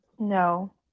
No